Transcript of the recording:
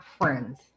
friends